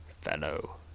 fellow